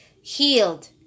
healed